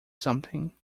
something